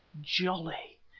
jolly!